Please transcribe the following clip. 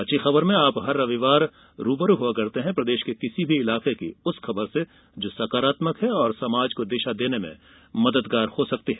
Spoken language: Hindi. अच्छी खबर में आप हर रविवार रूबरू होते हैं प्रदेश के किसी भी इलाके की उस खबर से जो सकारात्मक है और समाज को दिशा देने में मददगार हो सकती है